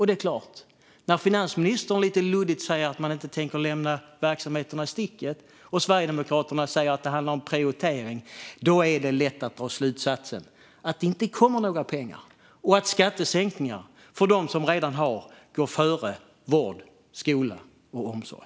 Det är klart: När finansministern lite luddigt säger att man inte tänker lämna verksamheterna i sticket och Sverigedemokraterna säger att det handlar om prioritering är det lätt att dra slutsatsen att det inte kommer några pengar och att skattesänkningar för dem som redan har går före vård, skola och omsorg.